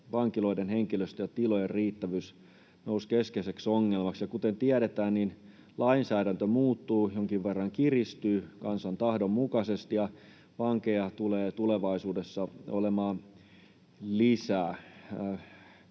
vankiloiden henkilöstön ja tilojen riittävyys nousi keskeiseksi ongelmaksi. Ja kuten tiedetään, lainsäädäntö muuttuu, jonkin verran kiristyy kansan tahdon mukaisesti, ja vankeja tulee tulevaisuudessa olemaan lisää.